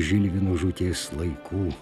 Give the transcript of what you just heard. žilvino žūties laikų